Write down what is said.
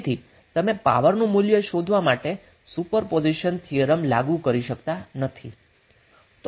તેથી તમે પાવરનું મૂલ્ય શોધવા માટે સુપરપોઝિશન થિયરમ લાગુ કરી શકતા નથી